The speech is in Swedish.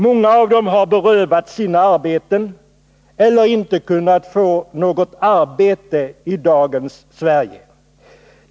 Många av dem har berövats sina arbeten eller inte kunnat få något arbete i dagens Sverige.